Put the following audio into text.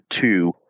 two